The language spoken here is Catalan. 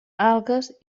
algues